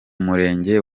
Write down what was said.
murenge